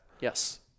Yes